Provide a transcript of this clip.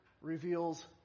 reveals